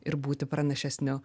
ir būti pranašesniu